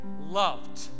loved